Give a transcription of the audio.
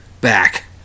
back